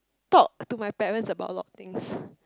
talk to my parents about a lot things